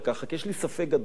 רק יש לי ספק גדול בזה,